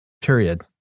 period